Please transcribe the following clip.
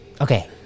Okay